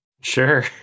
sure